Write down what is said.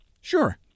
Sure